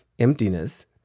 emptiness